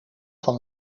van